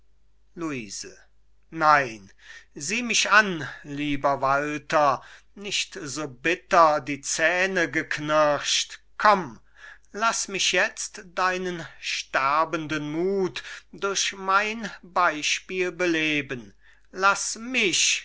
luise nein sieh mich an lieber walter nicht so bitter die zähne geknirscht komm laß mich jetzt deinen sterbenden muth durch mein beispiel beleben laß mich